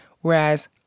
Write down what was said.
whereas